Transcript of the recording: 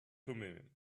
thummim